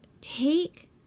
take